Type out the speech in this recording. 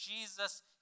Jesus